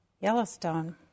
Yellowstone